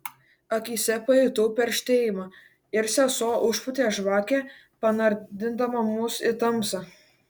akyse pajutau perštėjimą ir sesuo užpūtė žvakę panardindama mus į tamsą